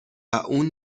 اون